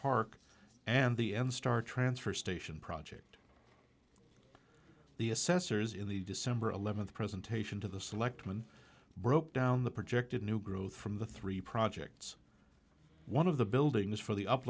park and the end star transfer station project the assessors in the december eleventh presentation to the selectman broke down the projected new growth from the three projects one of the buildings for the up